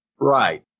Right